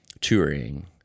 touring